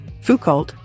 Foucault